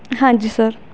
ਹਾਂਜੀ ਸਰ